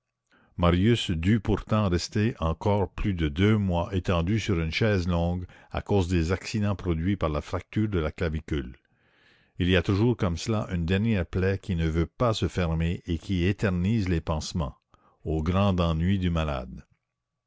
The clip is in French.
marius dut pourtant rester encore plus de deux mois étendu sur une chaise longue à cause des accidents produits par la fracture de la clavicule il y a toujours comme cela une dernière plaie qui ne veut pas se fermer et qui éternise les pansements au grand ennui du malade